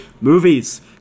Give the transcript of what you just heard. movies